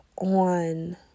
on